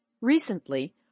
Recently